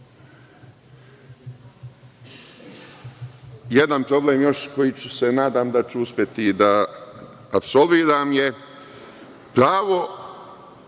jedan problem koji se nadama da ću uspeti da apsolviram je pravo